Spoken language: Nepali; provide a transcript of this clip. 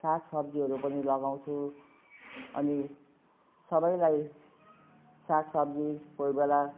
सागसब्जीहरू पनि लगाउँछु अनि सबैलाई सागसब्जी कोहीबेला